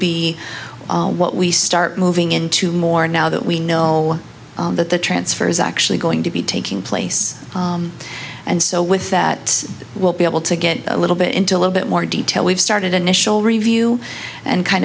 be what we start moving into more now that we know that the transfer is actually going to be taking place and so with that we'll be able to get a little bit into a little bit more detail we've started an initial review and kind